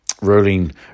rolling